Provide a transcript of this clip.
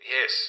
Yes